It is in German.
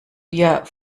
dir